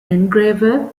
engraver